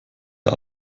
der